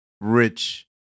Rich